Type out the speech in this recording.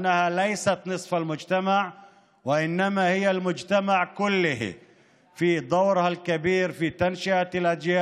מאחר שהיא אינה רק חצי מהחברה אלא החברה